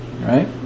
Right